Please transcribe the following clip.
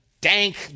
dank